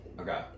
Okay